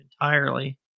entirely